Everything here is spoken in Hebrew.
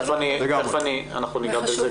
אנחנו ניגע בזה.